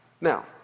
Now